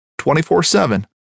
24-7